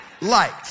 light